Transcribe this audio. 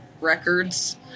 records